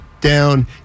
down